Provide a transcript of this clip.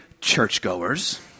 churchgoers